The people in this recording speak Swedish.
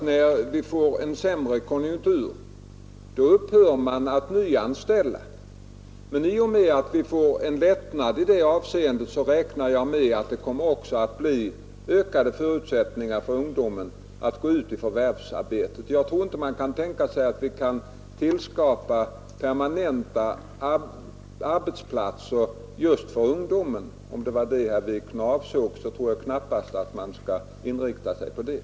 När konjunkturen försämras, upphör företagen att nyanställa, men i och med att vi får en lättnad i det avseendet, räknar jag med att det också kommer att bli ökade förutsättningar för ungdomen att gå ut i förvärvsarbetet. Jag tror inte att man bör tänka på att tillskapa permanenta arbetsplatser just för ungdomen, om det var detta herr Wikner avsåg.